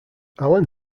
alan